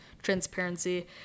transparency